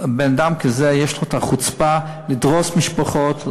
בן-אדם כזה יש לו החוצפה לדרוס משפחות,